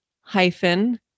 hyphen